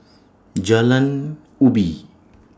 Jalan Ubi